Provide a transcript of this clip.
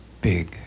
big